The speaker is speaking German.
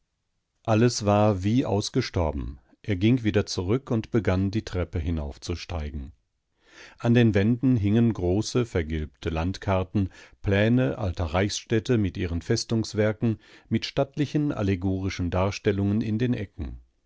alles war wie ausgestorben er ging wieder zurück und begann die treppe hinaufzusteigen an den wänden hingen große vergilbte landkarten pläne alter reichsstädte mit ihren festungswerken mit stattlichen allegorischen darstellungen in den ecken